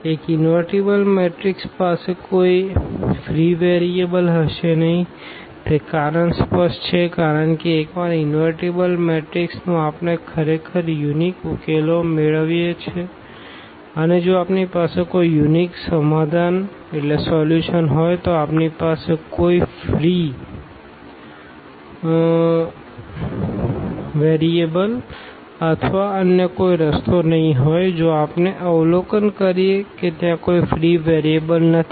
એક invertible matrix પાસે કોઈ ફ્રી વેરિયેબલ્સ હશે નહીં તે કારણ સ્પષ્ટ છે કારણ કે એકવાર ઇન્વર્ટિબલ મેટ્રિક્સનું આપણે ખરેખર યુનિક ઉકેલો મેળવીએ છીએ અને જો આપણી પાસે કોઈ યુનિક સમાધાન હોય તો આપણી પાસે કોઈ ફ્રી વેરિયેબલ્સ અથવા અન્ય કોઈ રસ્તો નહીં હોય જો આપણે અવલોકન કરીએ કે ત્યાં કોઈ ફ્રી વેરિયેબલ્સનથી